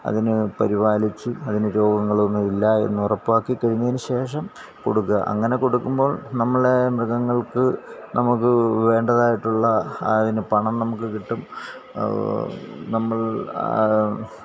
അതിനെ പരിപാലിച്ച് അതിന് രോഗങ്ങളൊന്നും ഇല്ലായെന്ന് ഉറപ്പാക്കിക്കഴിഞ്ഞതിനുശേഷം കൊടുക്കുക അങ്ങനെ കൊടുക്കുമ്പോൾ നമ്മളെ മൃഗങ്ങൾക്ക് നമുക്ക് വേണ്ടതായിട്ടുള്ള അതിന് പണം നമുക്ക് കിട്ടും നമ്മൾ